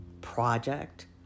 project